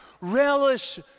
Relish